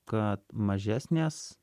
kad mažesnės